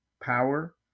power